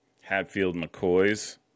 Hatfield-McCoys